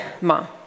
Mom